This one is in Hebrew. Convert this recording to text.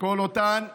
בכל אותן צעקות,